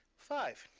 five,